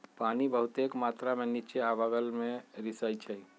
पानी बहुतेक मात्रा में निच्चे आ बगल में रिसअई छई